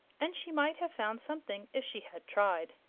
and she might have found something if she had tried.